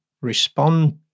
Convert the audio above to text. respond